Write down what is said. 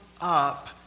up